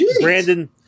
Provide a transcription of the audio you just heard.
Brandon